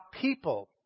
people